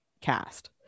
cast